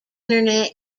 internet